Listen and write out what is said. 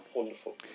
Wonderful